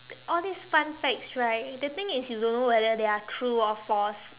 all this fun facts right the thing is you don't know whether they are true or false